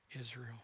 Israel